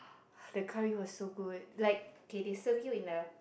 the curry was so good like K they serve you in a